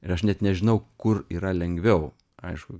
ir aš net nežinau kur yra lengviau aišku